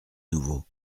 nouveau